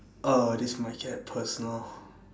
oh this might get personal